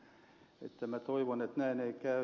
minä toivon että näin ei käy